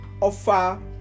offer